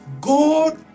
god